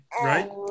right